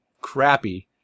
crappy